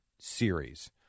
series